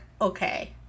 okay